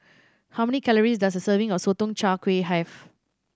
how many calories does a serving of Sotong Char Kway have